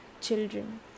children